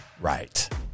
right